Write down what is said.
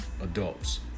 adults